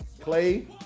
Clay